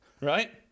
right